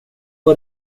var